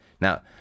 Now